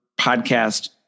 podcast